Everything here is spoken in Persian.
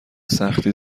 سختی